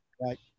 Right